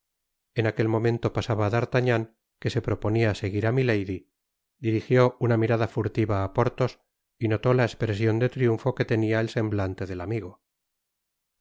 en aquel momento pasaba d'artagnan que se proponia seguir á milady dirigió una mirada furtiva á porthos y botó la espresion de triunfo que tenia el semblante del amigo eh